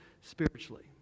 spiritually